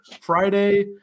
Friday